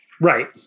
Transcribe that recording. Right